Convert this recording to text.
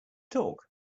talk